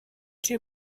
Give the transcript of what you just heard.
two